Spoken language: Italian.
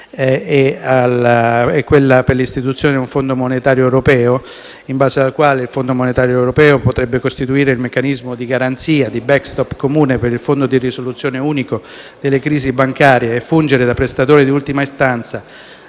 depositi per l'istituzione di un Fondo monetario europeo, in base alla quale il Fondo monetario europeo potrebbe costituire il meccanismo di *backstop* (garanzia) comune per il fondo di risoluzione unico delle crisi bancarie e fungere da prestatore di ultima istanza